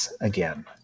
again